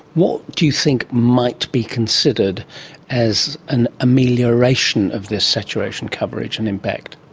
what do you think might be considered as an amelioration of this saturation coverage and impact?